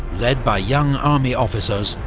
led by young army officers,